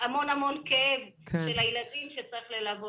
יש הרבה כאב של הילידים שצריך ללוות.